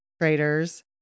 traders